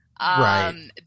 Right